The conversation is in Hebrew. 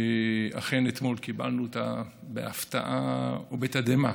אכן, אתמול קיבלנו בהפתעה ובתדהמה.